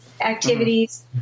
activities